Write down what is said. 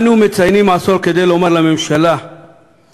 אנו מציינים עשור כדי לומר לממשלה לסיים,